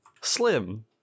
slim